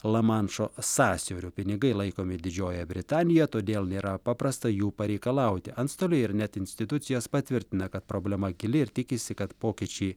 lamanšo sąsiauriu pinigai laikomi didžiojoje britanijoje todėl nėra paprasta jų pareikalauti antstoliai ir net institucijos patvirtina kad problema gili ir tikisi kad pokyčiai